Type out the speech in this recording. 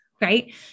Right